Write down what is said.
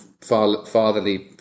fatherly